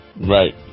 Right